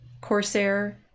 Corsair